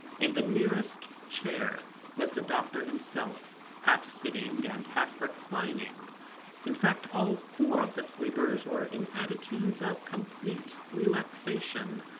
in the nearest chair was the doctor himself, half sitting and half reclining in fact, all four of the sleepers were in attitudes of complete relaxation.